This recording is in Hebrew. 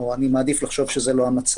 או אני מעדיף לחשוב שזה לא המצב.